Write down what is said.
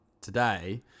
today